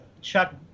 Chuck